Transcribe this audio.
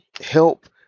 help